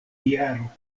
jaro